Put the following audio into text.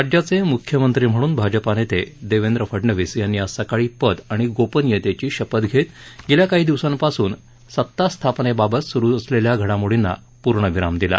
राज्याचे मुख्यमंत्री म्हणून भाजपा नेते देवेंद्र फडणवीस यांनी आज सकाळी पद आणि गोपनियेतेची शपथ घेत गेल्या काही दिवसांपासून सत्तास्थापनेबाबत सुरु असलेल्या घडामोडींना पूर्णविराम दिला